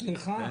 סליחה.